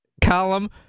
column